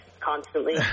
constantly